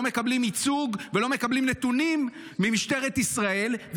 מקבלים ייצוג ולא מקבלים נתונים ממשטרת ישראל,